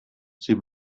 sie